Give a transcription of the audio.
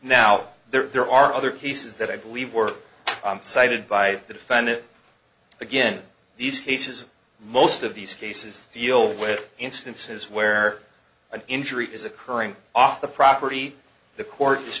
now there are other pieces that i believe were cited by the defendant again these cases most of these cases deal with instances where an injury is occurring off the property the court is